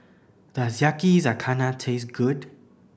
does Yakizakana taste good